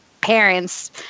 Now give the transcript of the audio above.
parents